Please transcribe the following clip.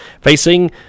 facing